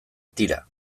tira